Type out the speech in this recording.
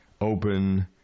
open